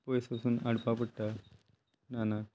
पयस वचून हाडपा पडटा रानांत